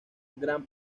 gran